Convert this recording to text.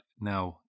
now